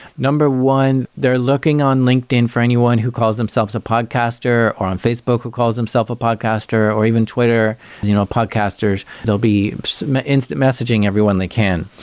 number one, they're looking on linkedin for anyone who calls themselves a podcaster, or on facebook who calls themselves a podcaster, or even twitter you know podcasters. they'll be instant messaging everyone they can,